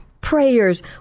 prayers